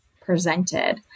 presented